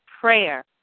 prayer